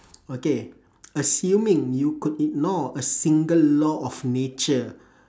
okay assuming you could ignore a single law of nature